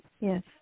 yes